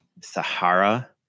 Sahara